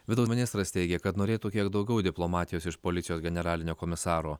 vidaus ministras teigė kad norėtų kiek daugiau diplomatijos iš policijos generalinio komisaro